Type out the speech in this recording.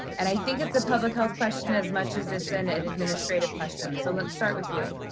and i think it's a public health question as much as it's an and administrative question, so let's start with you.